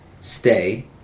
stay